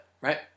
right